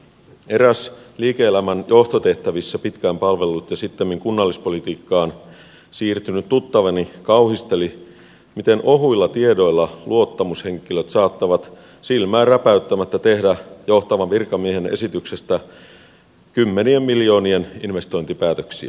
eräs liike elämän johtotehtävissä pitkään palvellut ja sittemmin kunnallispolitiikkaan siirtynyt tuttavani kauhisteli miten ohuilla tiedoilla luottamushenkilöt saattavat silmää räpäyttämättä tehdä johtavan virkamiehen esityksestä kymmenien miljoonien investointipäätöksiä